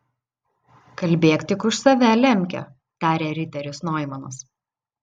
kalbėk tik už save lemke tarė riteris noimanas